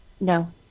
no